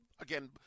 Again